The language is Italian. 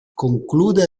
conclude